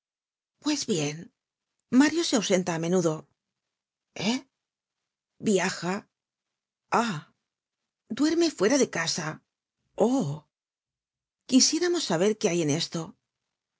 pues bien mario se ausenta á menudo eh viaja ah duerme fuera de casa oh quisiéramos saber qué hay en esto